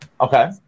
Okay